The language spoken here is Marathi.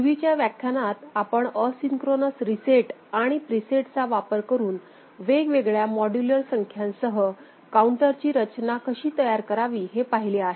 पूर्वीच्या व्याख्यानात आपण असिंक्रोनस रीसेट आणि प्रीसेटचा वापर करून वेगवेगळ्या मॉड्यूलर संख्यांसह काउंटरची रचना कशी तयार करावी हे पाहिले आहे